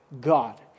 God